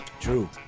True